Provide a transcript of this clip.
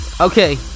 okay